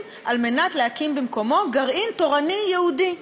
כדי להקים במקומו גרעין תורני יהודי.